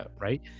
right